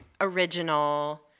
original